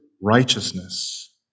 righteousness